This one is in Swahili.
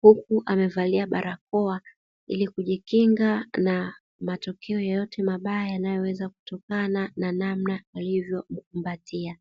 huku amevalia barakoa ilikujikinga na matokeo yoyote mabaya yanayoweza kutokana na namna alivyo mkumbatia.